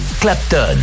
Clapton